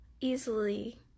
easily